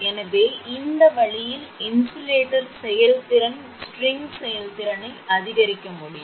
எனவே இந்த வழியில் இன்சுலேட்டர் செயல்திறன் ஸ்ட்ரிங் செயல்திறனை அதிகரிக்க முடியும்